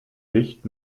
licht